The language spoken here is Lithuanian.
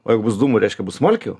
o jeigu bus dūmų reiškia bus smulkių